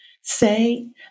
say